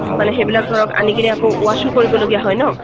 মানে সেইবিলাক ধৰক আনিকিনে আকৌ ৱাছো কৰিব লগীয়া হয় ন